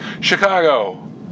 Chicago